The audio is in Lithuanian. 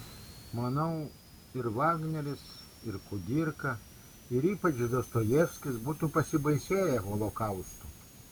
manau ir vagneris ir kudirka ir ypač dostojevskis būtų pasibaisėję holokaustu